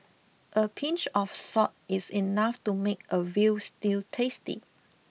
a pinch of salt is enough to make a veal stew tasty